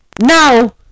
Now